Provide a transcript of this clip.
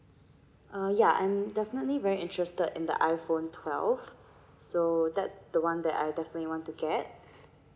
uh ya I'm definitely very interested in the iPhone twelve so that's the one that I definitely want to get